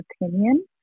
opinion